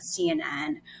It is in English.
CNN